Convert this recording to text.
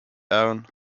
ahern